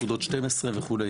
תעודות 12 וכדומה,